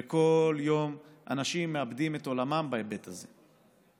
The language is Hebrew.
וכל יום אנשים מאבדים את עולמם בהיבט הזה.